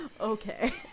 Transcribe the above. Okay